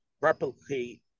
replicate